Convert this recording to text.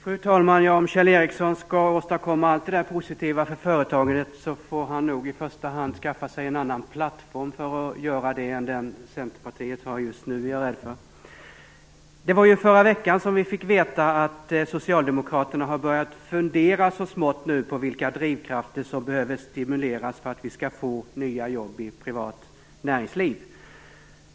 Fru talman! Om Kjell Ericsson skall åstadkomma allt det positiva för företagandet som han talade om, får han nog i första hand skaffa sig en annan plattform för att göra det än den Centerpartiet har just nu, är jag rädd för. Det var i förra veckan som vi fick veta att socialdemokraterna har börjat fundera så smått på vilka drivkrafter som behöver stimuleras för att vi skall få nya jobb i privat näringsliv.